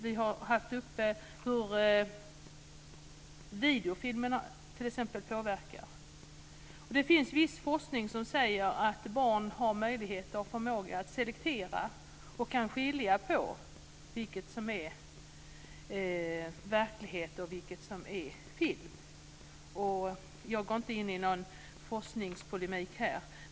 Vi har haft uppe hur t.ex. videofilmerna påverkar. Det finns viss forskning som säger att barn har möjligheter och förmåga att selektera och kan skilja på vilket som är verklighet och vilket som är film. Jag går inte här in i någon forskningspolemik.